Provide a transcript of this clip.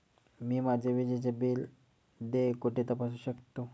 मी माझे विजेचे देय बिल कुठे तपासू शकते?